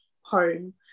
home